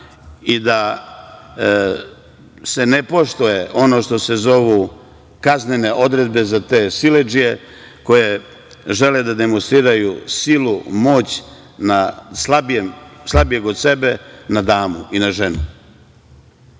i ne poštuje se ono što se zovu kaznene odredbe za te siledžije, koje žele da demonstriraju silu i moć nad slabijem od sebe, na damu i na ženu. Mogu